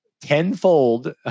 tenfold